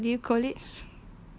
what ah what do you call it